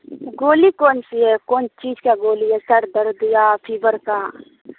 گولی کون سی ہے کون چیز کا گولی ہے سر درد یا فیور کا